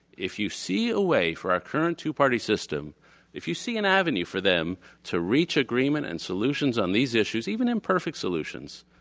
if you see a way for our current two-party system if you see an avenue for them to reach agreement and solutions on these issues, even in perfect solutions,